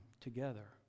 together